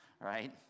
right